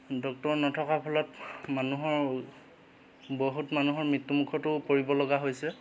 doctor নথকাৰ ফলত মানুহৰ বহুত মানুহৰ মৃত্যুমুখতো পৰিবলগীয়া হৈছে